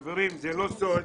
חברים, זה לא סוד,